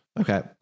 Okay